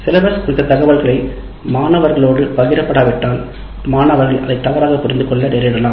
syllabus குறித்த தகவல்களை மாணவர்களோடு பகிர படாவிட்டால் மாணவர்கள் அதை தவறாக புரிந்து கொள்ள நேரிடலாம்